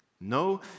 No